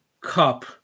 Cup